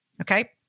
okay